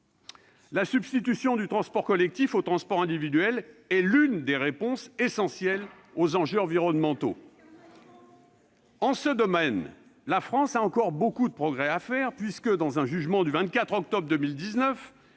La substitution du transport collectif au transport individuel est l'une des réponses essentielles aux enjeux environnementaux. Les cars Macron ! En ce domaine, la France a encore beaucoup de progrès à faire puisque, dans un jugement du 24 octobre 2019,